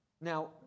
Now